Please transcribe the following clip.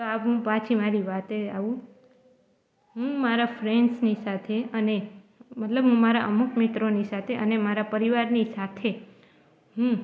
તો આ હું પાછી મારી વાતે આવું હું મારા ફ્રેન્ડ્સની સાથે અને મતલબ મારા અમુક મિત્રોની સાથે અને મારા પરિવારની સાથે હું